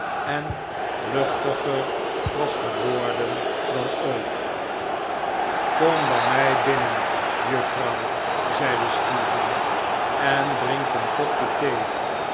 en luchtiger was ge worden dan ooit kom bij mij binnen juffrouw zeide stephen en drink een kopje thee